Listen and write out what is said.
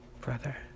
brother